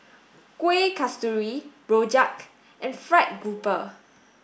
Kuih Kasturi Rojak and fried grouper